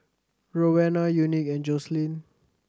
Roena Unique and Joselyn